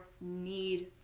need